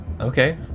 okay